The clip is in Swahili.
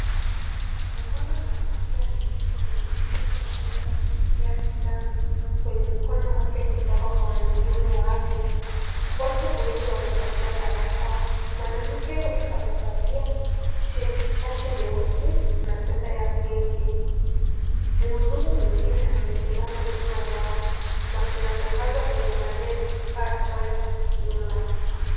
Tunamwona mwanamke ameketi kwenye kiti chekundu akipokea sindano kwenye mkono wake kutoka kwa mhudumu wa afya , wote wawili wamevalia barakoa . Mwanamke huyu amevalia shati nyeusi na sweta ya pinki . Mhudumu amesimama nyuma yao na kuna tangazo lenye maneno kaa chonjo nyuma.